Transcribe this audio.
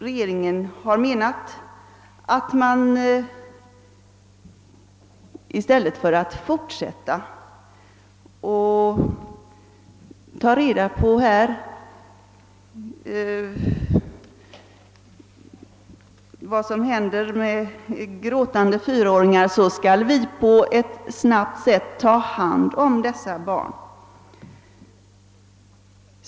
Regeringen anser därför att i stället för att fortsätta att försöka att ta reda på vad som händer med gråtande fyraåringar, skall vi snabbt ta hand om dessa barn.